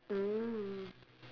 mm